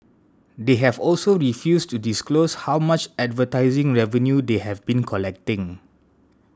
they have also refused to disclose how much advertising revenue they have been collecting